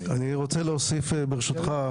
אני רוצה להוסיף ברשותך.